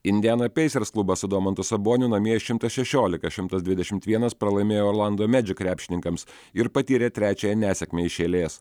indiana pacers klubas su domantu saboniu namie šimtas šešiolika šimtas dvidešimt vienas pralaimėjo orlando magic krepšininkams ir patyrė trečiąją nesėkmę iš eilės